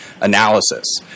analysis